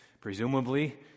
presumably